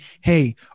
hey